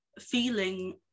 feeling